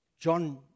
John